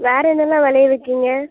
வேறு என்னலாம் விளைய வைக்கிறிங்க